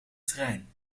trein